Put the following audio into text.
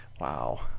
Wow